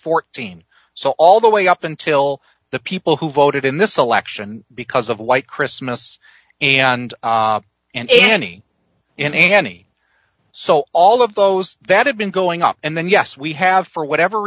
fourteen so all the way up until the people who voted in this election because of white chris mists and and any in any so all of those that have been going up and then yes we have for whatever